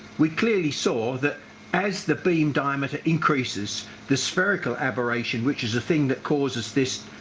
we clearly saw that as the beam diameter increases the spherical aberration which is a thing that causes this